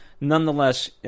nonetheless –